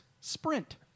Sprint